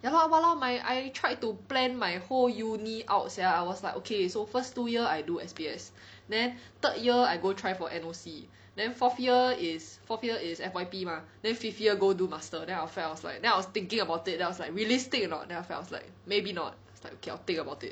ya lor !walao! my I tried to plan my whole uni out sia I was like okay so first two year I do S_P_S then third year I go try for N_O_C then fourth year is fourth year is F_Y_P mah then fifth year go do master then I felt I was like then I was thinking about it then I was like realistic a not then I felt I was like maybe I'll think about it